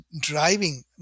driving